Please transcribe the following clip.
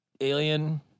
alien